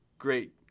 great